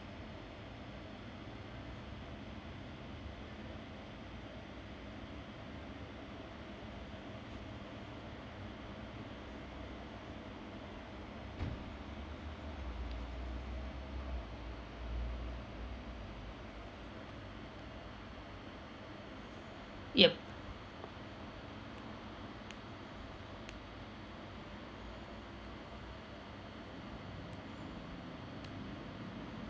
yup